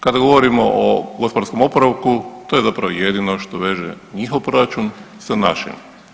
Kada govorimo o gospodarskom oporavku to je zapravo jedino što veže njihov proračun sa našim.